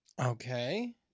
Okay